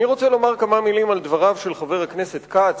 אני רוצה לומר כמה מלים על דבריו של חבר הכנסת כץ